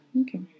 Okay